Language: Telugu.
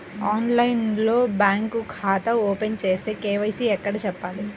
ఆన్లైన్లో బ్యాంకు ఖాతా ఓపెన్ చేస్తే, కే.వై.సి ఎక్కడ చెప్పాలి?